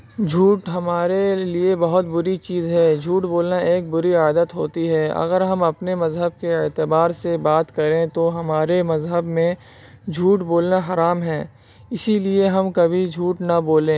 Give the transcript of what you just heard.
جھوٹ ہمارے لیے بہت بری چیز ہے جھوٹ بولنا ایک بری عادت ہوتی ہے اگر ہم اپنے مذہب کے اعتبار سے بات کریں تو ہمارے مذہب میں جھوٹ بولنا حرام ہے اسی لیے ہم کبھی جھوٹ نہ بولیں